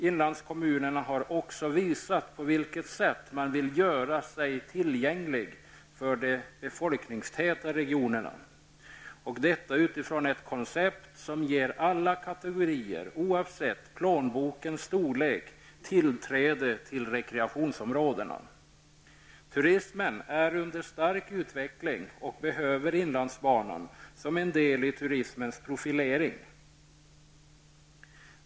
Inlandskommunerna har också visat på vilket sätt man vill göra sig tillgängliga för de befolkningstäta regionerna. Detta utifrån ett koncept som ger alla kategorier, oavsett plånbokens storlek, tillträde till rekreationsområdena. Turismen är under stark utveckling och behöver inlandsbanan som en del i sin profilering.